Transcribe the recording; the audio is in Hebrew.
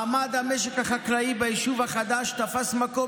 מעמד המשק החקלאי ביישוב החדש תפס מקום